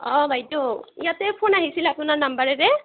অঁ বাইদেউ ইয়াতে ফোন আহিছিল আপোনাৰ নাম্বাৰেৰে